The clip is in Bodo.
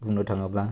बुंनो थाङोब्ला